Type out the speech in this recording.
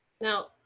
Now